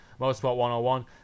motorsport101